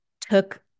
took